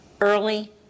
early